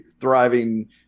thriving